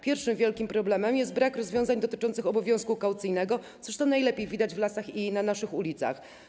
Pierwszym wielkim problemem jest brak rozwiązań dotyczących obowiązku kaucyjnego, zresztą najlepiej widać to w lasach i na naszych ulicach.